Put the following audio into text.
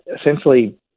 essentially